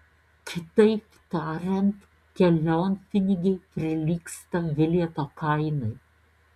kitaip tariant kelionpinigiai prilygsta bilieto kainai